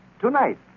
tonight